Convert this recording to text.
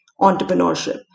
entrepreneurship